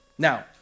Now